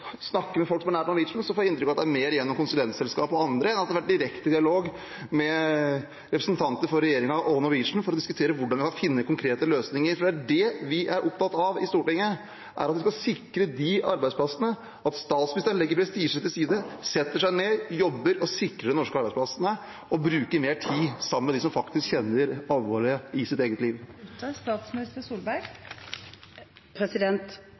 med folk som er nær Norwegian, får vi inntrykk av at det har vært mer gjennom konsulentselskap og andre enn at det har vært direkte dialog med representanter for regjeringen og Norwegian for å diskutere hvordan man kan finne konkrete løsninger. Det er det vi er opptatt av i Stortinget, at vi skal sikre de arbeidsplassene, at statsministeren legger prestisjen til side, setter seg ned, jobber og sikrer de norske arbeidsplassene og bruker mer tid sammen med dem som faktisk kjenner alvoret i sitt eget